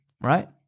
right